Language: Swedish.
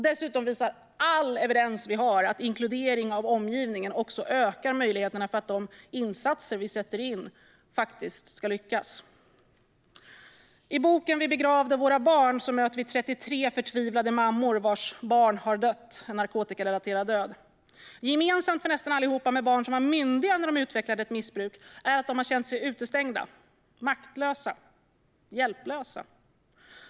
Dessutom visar all evidens vi har att inkludering av omgivningen också ökar möjligheterna för att de insatser vi gör faktiskt ska lyckas. I boken Vi begravde våra barn möter vi 33 förtvivlade mammor vars barn har dött en narkotikarelaterad död. Gemensamt för nästan allihop med barn som var myndiga när de utvecklade ett missbruk är att de har känt sig utestängda, maktlösa och hjälplösa.